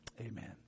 amen